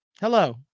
Hello